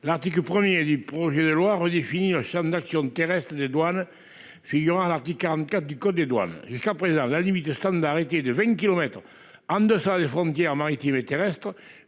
L'article 1er du projet de loi redéfinir un Champ d'action de terrestre des douanes. Figurant à l'article 44 du code des douanes. Jusqu'à présent la limite stands d'arrêter de 20 kilomètres en deçà des frontières maritimes et terrestres